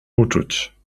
uczuć